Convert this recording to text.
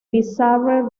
bizarre